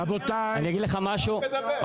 אני אומר לכם שאני עוד לא הייתי חודשיים בצבא,